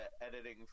editing